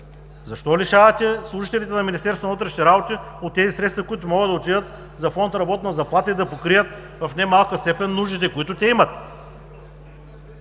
Защо лишавате служителите на Министерството на вътрешните работи от тези средства, които могат да отидат за Фонд „Работна заплата“ и да покрият в немалка степен нуждите, които те имат?